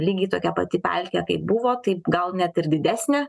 lygiai tokia pati pelkė kaip buvo taip gal net ir didesnė